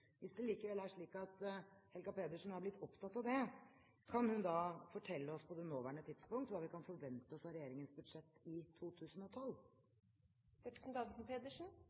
Hvis det likevel er slik at Helga Pedersen er blitt opptatt av det, kan hun da fortelle oss på det nåværende tidspunkt hva vi kan forvente oss av regjeringens budsjett i